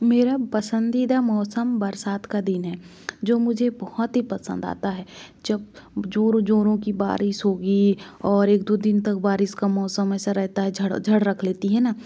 मेरा पसंदीदा मौसम बरसात का दिन है जो मुझे बहुत ही पसंद आता है जब जोरों जोरों की बारिश होगी और एक दो दिन तक बारिश का मौसम ऐसा रहता है रख लेती है ना